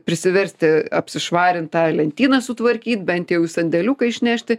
prisiversti apsišvarint tą lentyną sutvarkyt bent jau į sandėliuką išnešti